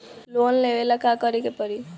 Loan लेवे ला का करे के पड़ी?